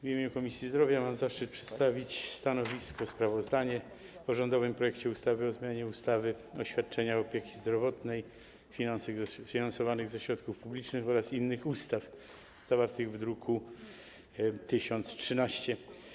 W imieniu Komisji Zdrowia mam zaszczyt przedstawić sprawozdanie o rządowym projekcie ustawy o zmianie ustawy o świadczeniach opieki zdrowotnej finansowanych ze środków publicznych oraz innych ustaw zawartych w druku nr 1013.